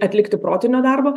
atlikti protinio darbo